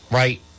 right